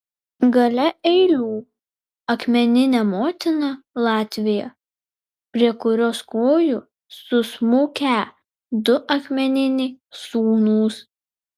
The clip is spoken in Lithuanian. gale eilių akmeninė motina latvija prie kurios kojų susmukę du akmeniniai sūnūs